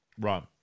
Right